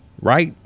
Right